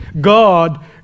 God